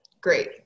Great